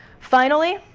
finally,